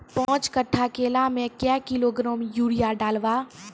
पाँच कट्ठा केला मे क्या किलोग्राम यूरिया डलवा?